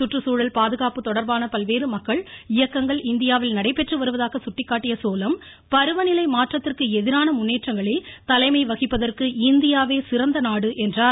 கற்றுச்சூழல் பாதுகாப்பு தொடர்பான பல்வேறு மக்கள் இயக்கங்கள் இந்தியாவில் நடைபெற்று வருவதாக சுட்டிக்காட்டிய ஸோலேம் பருவ நிலை மாற்றத்திற்கு எதிரான முன்னேற்றங்களில் தலைமை வகிப்பதற்கு இந்தியாவே சிறந்த நாடு என்றார்